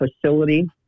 facility